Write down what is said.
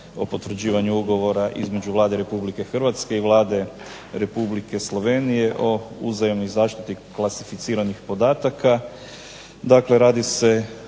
o potvrđivanju ugovora između Vlade Republike Hrvatske i Vlade Republike Slovenije o uzajamnoj zaštiti klasificiranih podataka.